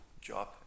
job